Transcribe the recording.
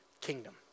kingdom